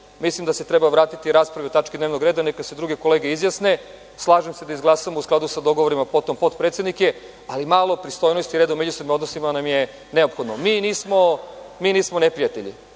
mislim da se treba vratiti raspravi o tački dnevnog reda, neka se druge kolege izjasne. Slažem se da izglasamo u skladu sa dogovorima potom potpredsednike, ali malo pristojnosti i reda u međusobnim odnosima nam je neophodno. Mi nismo neprijatelji,